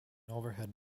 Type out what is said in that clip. overhead